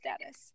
status